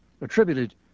attributed